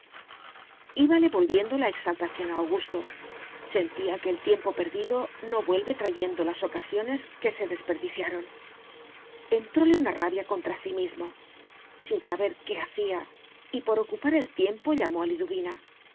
íbale volviendo la exaltación a augusto sentía que el tiempo perdido no vuelve trayendo las ocasiones que se desperdiciaron entróle una rabia contra sí mismo sin saber qué hacía y por ocupar el tiempo llamó a